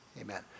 amen